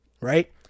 right